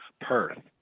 Perth